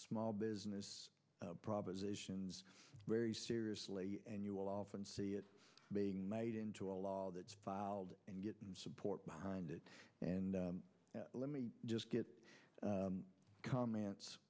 small business propositions very seriously and you will often see it being made into a law that filed and getting support behind it and let me just get comments